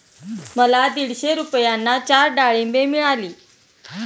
मला दीडशे रुपयांना चार डाळींबे मिळाली